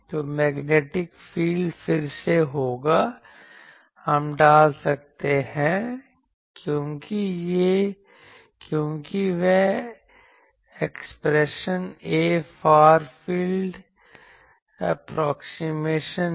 तो magnetic field फिर से होगा हम डाल सकते हैं क्योंकि वह expression A far field approximation है